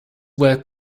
were